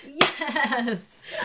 Yes